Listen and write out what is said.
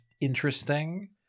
interesting